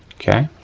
okay,